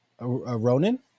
Ronan